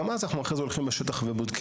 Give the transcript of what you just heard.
גם אז אנחנו הולכים אחר כך לשטח ובודקים.